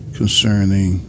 concerning